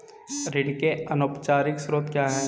ऋण के अनौपचारिक स्रोत क्या हैं?